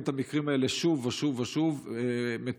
את המקרים האלה שוב ושוב ושוב מתועדים,